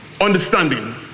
understanding